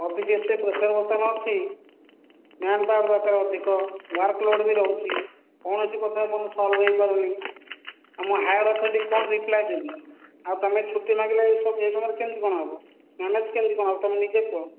ଅଭି ଯେତେ ପ୍ରୋସେସ୍ ବର୍ତ୍ତମାନ ଅଛି ମ୍ୟାନ୍ପାୱାର୍ ଦରକାର ଅଧିକ ୱର୍କଲୋଡ଼ ବି ରହୁଛି କୌଣସି ପ୍ରକାର ମୁଁ ସୋଲଭ୍ ହେଇପାରୁନି ଆ ମୁଁ ହାୟରଅଥୋରିଟିକୁ କଣ ରିପ୍ଲାଏ ଦେବି ଆଉ ତମେ ଛୁଟି ମାଗିଲେ ଏ ସମୟରେ କେମିତି କଣ ହବ ମ୍ୟାନେଜ୍ କେମିତି କଣ ହେବ ତମେ ନିଜେ କୁହ